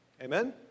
Amen